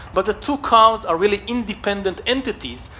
but the two cars are really independent entities.